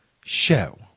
show